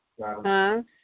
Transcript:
-huh